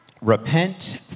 repent